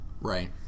Right